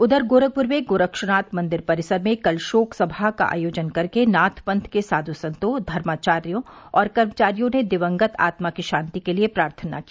उधर गोरखपुर में गोरक्षनाथ मंदिर परिसर में कल शोक सभा का आयोजन कर नाथ पंथ के साध् संतों धर्माचार्यो और कर्मचारियों ने दिवंगत आत्मा की शान्ति के लिए प्रार्थना की